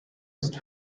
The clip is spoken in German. ist